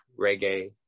reggae